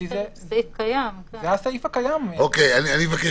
אני מבקש